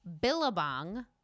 billabong